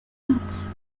nuts